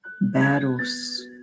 battles